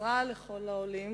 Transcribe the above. העזרה לכל העולים,